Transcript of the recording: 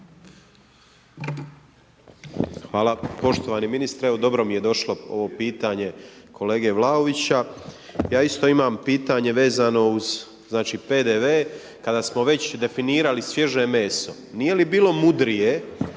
Hvala. Poštovani ministre, evo dobro mi je došlo ovo pitanje kolege Vlaovića. Ja isto imam pitanje vezano uz PDV kada smo već definirali svježe meso, nije li bilo mudrije